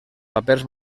papers